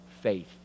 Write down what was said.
faith